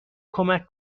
کمک